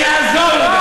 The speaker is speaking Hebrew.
לו.